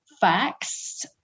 Facts